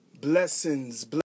Blessings